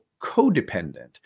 codependent